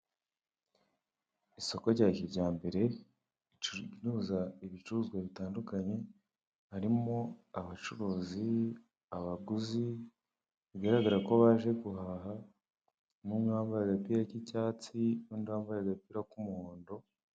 Isoko rya kijyambere ricuruza ibicuruzwa bitandukanye, harimo abacuruzi, abaguzi bigaragara ko baje guhaha harimo uwambaye agapira k'icyatsi n'uwambaye agapira k'umuhondo.